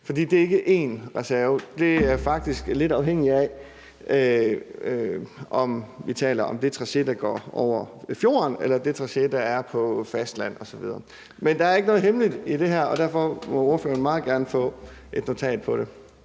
for det er ikke én reserve – det er faktisk lidt afhængigt af, om vi taler om det tracé, der går over fjorden, eller det tracé, der er på fastlandet osv. Men der er ikke noget hemmeligt i det her, og derfor må ordføreren meget gerne få et notat om det.